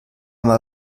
mal